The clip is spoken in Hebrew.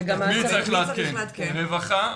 את הרווחה.